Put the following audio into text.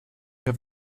have